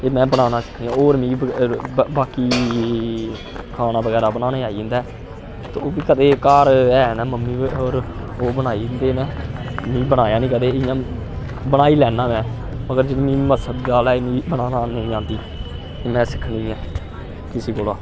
एह् में बनाना सिक्खनी होर मिगी बाकी खाना बगैरा बनाने आई जंदा ऐ ते ओह् बी कदें घर ऐ न मम्मी होर ओह् बनाई जंदे में मि बनाया निं कदें इ'यां बनाई लैन्ना में मगर जे मिगी मसर दी दाल ऐ मिगी बनाना नेईं आंदी में सिक्खनी ऐ किसै कोला